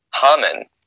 Haman